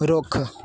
ਰੁੱਖ